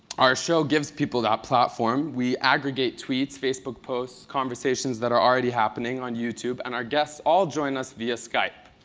our show gives people that platform. we aggregate tweets, facebook posts, conversations that are already happening on youtube, and our guests all join us via skype.